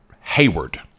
Hayward